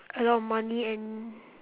a lot of money and